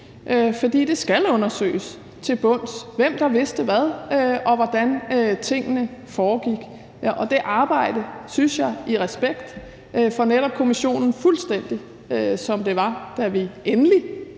for det skal undersøges til bunds, hvem der vidste hvad, og hvordan tingene foregik. Det synes jeg skal ske i respekt for kommissionens arbejde – fuldstændig som det var, da vi endelig fik